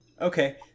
Okay